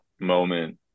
moment